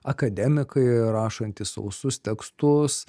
akademikai rašantys sausus tekstus